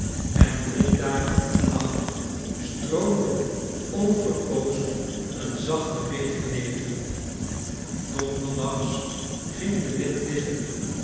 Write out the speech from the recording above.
en drie dagen en nachten stroomde onverpoosd een zachte regen neder donderdags ging de wind liggen